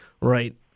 Right